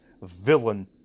villain